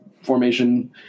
Formation